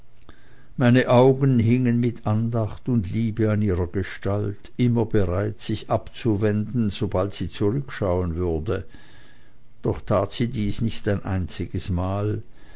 meine augen hingen mit andacht und liebe an ihrer gestalt immer bereit sich abzuwenden sobald sie zurückschauen würde doch tat sie dies nicht ein einziges mal